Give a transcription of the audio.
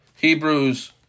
Hebrews